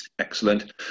Excellent